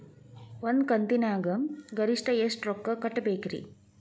ಒಂದ್ ಕಂತಿನ್ಯಾಗ ಗರಿಷ್ಠ ಎಷ್ಟ ರೊಕ್ಕ ಕಟ್ಟಬೇಕ್ರಿ?